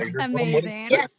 Amazing